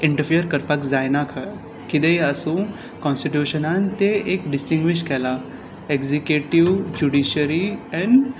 interfere करपाक जायना खंय कितेंय आसूं कोन्स्टीट्यूशनांत तें एक डिश्टींग्वीश केलां एक्जीक्युटीव्ह जुडिश्यरी ऍन्ड